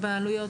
הבעלויות,